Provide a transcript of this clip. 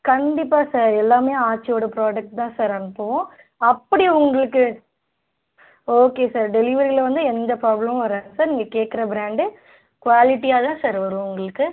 கண்டிப்பாக சார் எல்லாமே ஆச்சியோடய ப்ரோடக்ட் தான் சார் அனுப்புவோம் அப்படி உங்களுக்கு ஓகே சார் டெலிவெரியில் வந்து எந்த ப்ராபளமும் வராது சார் நீங்கள் கேட்கற ப்ராண்டு குவாலிட்டியாக தான் சார் வரும் உங்களுக்கு